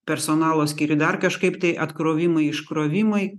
personalo skyriuj dar kažkaip tai atkrovimai iškrovimai